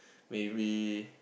maybe